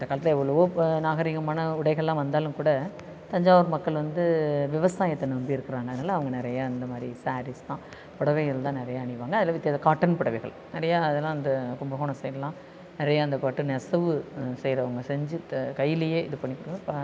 இந்த காலத்தில் எவ்வளவோ இப்போ நாகரிகமான உடைகள்லாம் வந்தாலும் கூட தஞ்சாவூர் மக்கள் வந்து விவசாயத்தை நம்பி இருக்கிறாங்க அதனால அவங்க நிறையா அந்த மாதிரி சாரீஸ் தான் புடவைகள் தான் நிறையா அணிவாங்க அதில் வித்தியா காட்டன் புடவைகள் நிறையா அதெல்லாம் அந்த கும்பகோணம் சைட்டுலாம் நிறையா அந்த பட்டு நெசவு செய்கிறவங்க செஞ்சி த கைலயே இது பண்ணி கூட ப